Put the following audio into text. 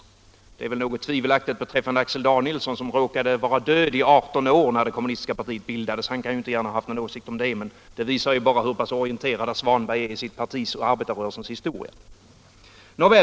Detta är väl något tvivelaktigt åtminstone beträffande Axel Danielsson, som råkade vara död sedan 18 år när det kommunistiska partiet bildades; han kan inte gärna ha haft någon åsikt om det. — Detta visar bara hur pass orienterad herr Svanberg är i sitt partis och arbetarrörelsens historia!